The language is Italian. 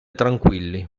tranquilli